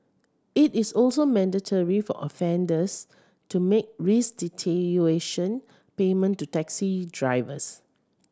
it is also mandatory for offenders to make restitution payment to taxi drivers